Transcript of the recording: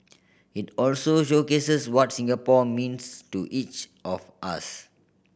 it also showcases what Singapore means to each of us